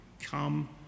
Come